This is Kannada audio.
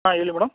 ಹಾಂ ಹೇಳಿ ಮೇಡಮ್